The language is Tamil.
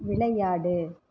விளையாடு